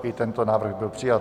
I tento návrh byl přijat.